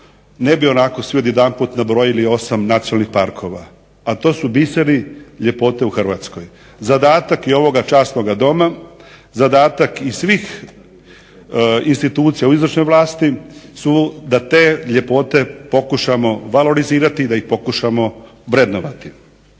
ne bi onako svi odjedanput nabrojili 8 nacionalnih parkova, a to su biseri ljepote u Hrvatskoj. Zadatak je ovoga časnoga Doma, zadatak i svih institucija u izvršnoj vlasti su da te ljepote pokušamo valorizirati, da ih pokušamo vrednovati.